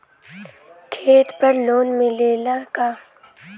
खेत पर लोन मिलेला का?